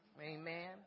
amen